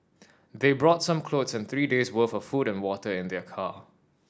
they brought some clothes and three days' worth of food and water in their car